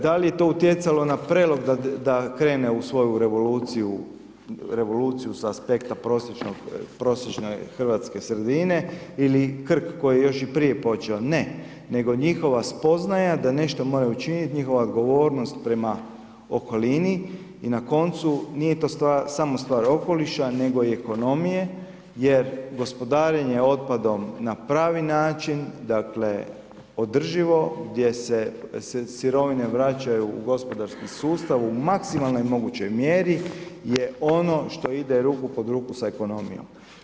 Da li je to utjecalo na ... da krene u svoju revoluciju sa aspekta prosječne hrvatske sredine ili Krk koji je još i prije počeo, ne, nego njihova spoznaja da nešto mora učiniti, njihova odgovornost prema okolini i na koncu, nije to samo stvar okoliša nego i ekonomije jer gospodarenje otpadom na pravi način, dakle održivo, gdje se sirovine vraćaju u gospodarski sustav, u maksimalno mogućoj mjeri je ono što ide ruku pod ruku sa ekonomijom.